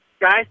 guys